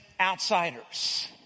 outsiders